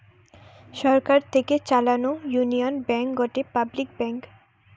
সরকার থেকে চালানো union bank গটে পাবলিক ব্যাঙ্ক